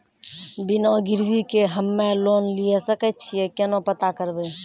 बिना गिरवी के हम्मय लोन लिये सके छियै केना पता करबै?